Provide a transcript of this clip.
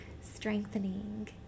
strengthening